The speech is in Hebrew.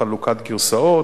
חלוקת גרסאות.